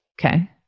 Okay